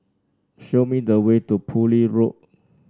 show me the way to Poole Road